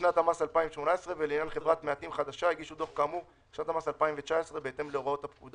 היום אפשר למשוך פעם